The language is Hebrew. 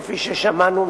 כפי ששמענו,